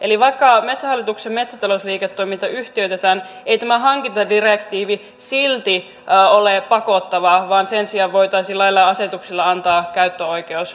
eli vaikka metsähallituksen metsätalousliiketoiminta yhtiöitetään ei tämä hankintadirektiivi silti ole pakottava vaan sen sijaan voitaisiin lailla ja asetuksilla antaa käyttöoikeus perustettavalle yhtiölle